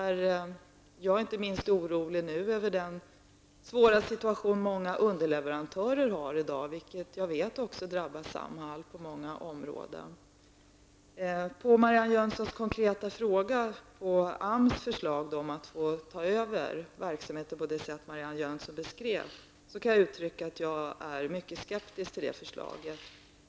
Jag är orolig inte minst över den svåra situation som många underleverantörer i dag har, något som jag vet drabbar också Samhall på många områden. På Marianne Jönssons konkreta fråga om AMS förslag att få ta över verksamheten på det sätt som Marianne Jönsson beskrev kan jag svara som så, att jag är mycket skeptisk.